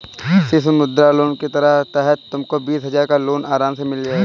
शिशु मुद्रा लोन के तहत तुमको बीस हजार का लोन आराम से मिल जाएगा